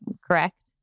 correct